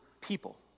people